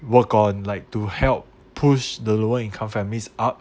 work on like to help push the lower income families up